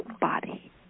body